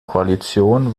koalition